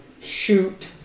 shoot